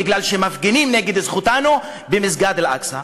בגלל שמפגינים על זכותנו במסגד אל-אקצא.